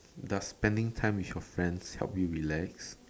does spending time with your friends help you relax